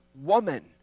woman